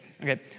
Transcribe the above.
Okay